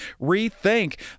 rethink